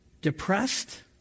depressed